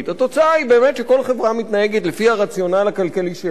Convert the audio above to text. התוצאה היא שכל חברה מתנהגת לפי הרציונל הכלכלי שלה,